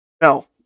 No